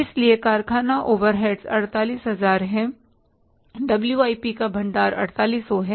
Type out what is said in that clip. इसलिए कारखाना ओवरहेड्स 48000 हैं WIP का भंडार 4800 है